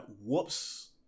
whoops